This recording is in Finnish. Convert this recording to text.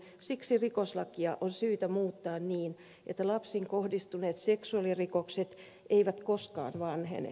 siksi rikoslakia on syytä muuttaa niin että lapsiin kohdistuneet seksuaalirikokset eivät koskaan vanhene